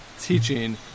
teaching